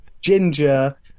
ginger